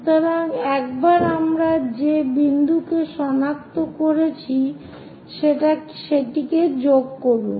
সুতরাং একবার আমরা যে বিন্দু কে সনাক্ত করেছি সেটিকে যোগ করুন